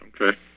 Okay